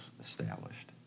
established